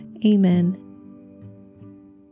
Amen